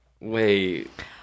wait